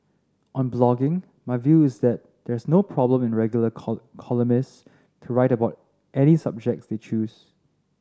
on blogging my view is that there's no problem in regular columnists to write about any subject they choose